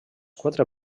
quatre